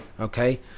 okay